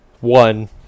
One